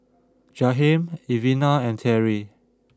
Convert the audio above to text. Jahiem Elvina and Terri